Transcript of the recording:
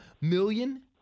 million